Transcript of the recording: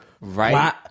right